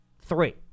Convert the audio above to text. three